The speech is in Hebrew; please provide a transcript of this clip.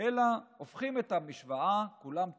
אלא הופכים את המשוואה: כולם תורמים.